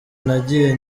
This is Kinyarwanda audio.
nagiye